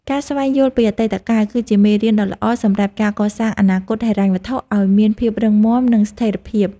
ការស្វែងយល់ពីអតីតកាល គឺជាមេរៀនដ៏ល្អសម្រាប់ការកសាងអនាគតហិរញ្ញវត្ថុឱ្យមានភាពរឹងមាំនិងស្ថិរភាព។